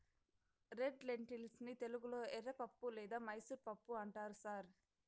red lentils ని తెలుగులో ఎర్రపప్పు లేదా మైసూర్ పప్పు అంటారు సార్